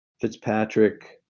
Fitzpatrick